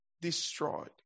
destroyed